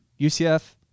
UCF